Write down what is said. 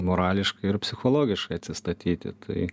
morališkai ir psichologiškai atsistatyti tai